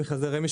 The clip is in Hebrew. במכרזי רמ"י,